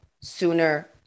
sooner